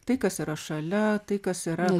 tai kas yra šalia tai kas yra